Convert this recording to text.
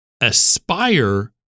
aspire